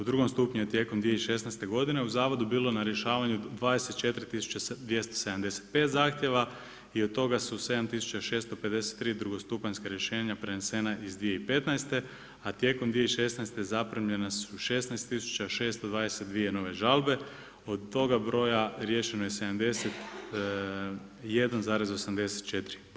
U drugom stupnju je tijekom 2016. godine u zavodu bilo na rješavanju 24 tisuće 275 zahtjeva i od toga su 7 tisuća 653 drugostupanjska rješenja prenesena iz 2015. a tijekom 2016. zaprimljena su 16 tisuća 622 nove žalbe, od toga broja riješeno je 71,84%